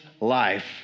life